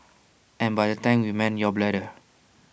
and by tank we mean your bladder